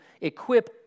equip